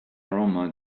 aroma